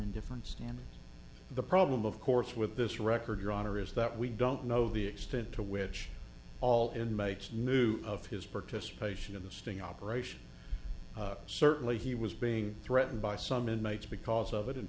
indifference and the problem of course with this record your honor is that we don't know the extent to which all inmates knew of his participation of the sting operation certainly he was being threatened by some inmates because of it and